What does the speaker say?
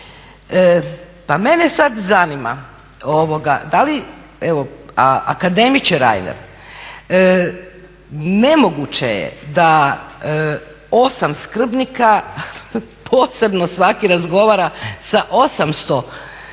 Pa mene sad zanima da li, akademiče Reiner, nemoguće je da osam skrbnika posebno svaki razgovara sa 800 djece,